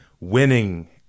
winning